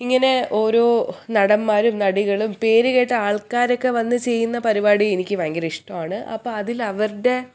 ഇങ്ങനെ ഓരോ നടന്മാരും നടികളും പേര് കേട്ട ആൾക്കാരൊക്കെ വന്ന് ചെയ്യുന്നപരിപാടി എനിക്ക് ഭയങ്കര ഇഷ്ടമാണ് അപ്പം അതിലവരുടെ